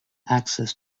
access